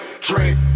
drink